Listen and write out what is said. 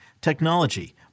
technology